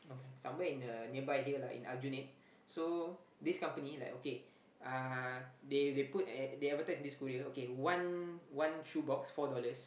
somewhere in the nearby here lah in Aljunied so this company like okay uh they they put they advertise in this courier one one shoe box four dollars